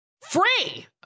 Free